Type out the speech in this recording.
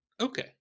Okay